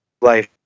life